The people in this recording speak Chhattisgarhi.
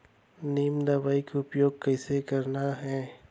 नीम दवई के उपयोग कइसे करना है?